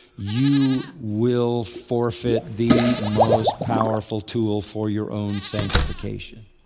you will forfeit the most powerful tool for your own sanctification.